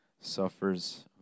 suffers